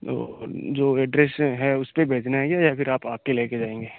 ओ जो एड्रेस है उस पर भेजना है या फ़िर आप आकर लेकर जाएँगे